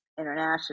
international